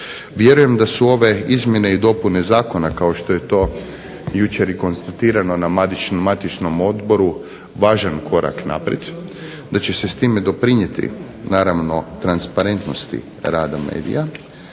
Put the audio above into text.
Vjerujem da su ove izmjene i dopune zakona, kao što je to jučer i konstatirano na matičnom odboru važan korak naprijed, da će se s time doprinijeti naravno transparentnosti rada medija,